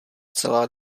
celá